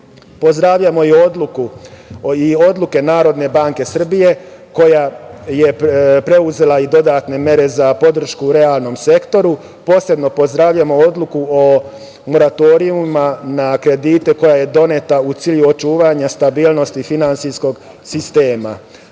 sporiji. Pozdravljamo i odluke Narodne banke Srbije, koja je preuzela i dodatne mere za podršku realnom sektoru. Posebno pozdravljamo odluku o moratorijumima na kredite, koja je doneta u cilju očuvanja stabilnosti finansijskog sistema.